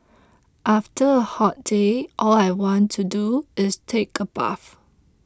after a hot day all I want to do is take a bath